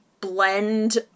blend